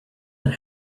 not